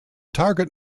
target